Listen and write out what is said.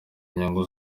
inyungu